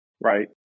Right